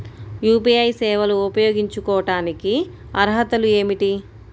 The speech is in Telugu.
యూ.పీ.ఐ సేవలు ఉపయోగించుకోటానికి అర్హతలు ఏమిటీ?